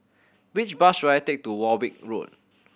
which bus should I take to Warwick Road